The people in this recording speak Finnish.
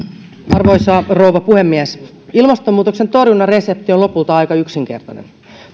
arvoisa rouva puhemies ilmastonmuutoksen torjunnan resepti on lopulta aika yksinkertainen